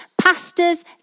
Pastors